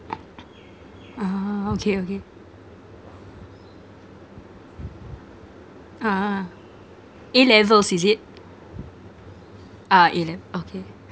ah okay okay ah A levels is it ah A le~ okay